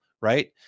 Right